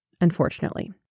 unfortunately